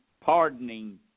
pardoning